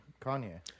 Kanye